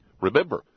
Remember